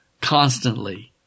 constantly